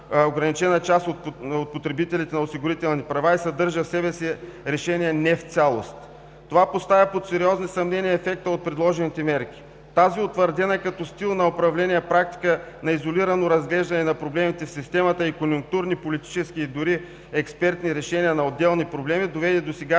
ограничена част от потребителите на осигурителни права и съдържа в себе си решения не в цялост. Това поставя под сериозни съмнения ефекта от предложените мерки. Тази утвърдена като стил на управление практика – на изолирано разглеждане на проблемите в системата и конюнктурни политически и дори експертни решения на отделни проблеми, доведе до сегашното